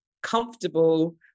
comfortable